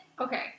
okay